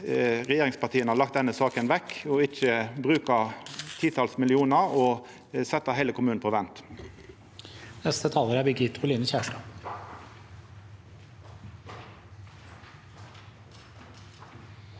regjeringspartia ha lagt denne saka vekk og ikkje bruka titals millionar og setja heile kommunen på vent.